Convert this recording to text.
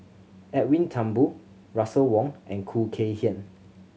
Edwin Thumboo Russel Wong and Khoo Kay Hian